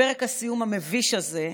לפרק הסיום המביש הזה,